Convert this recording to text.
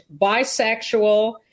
bisexual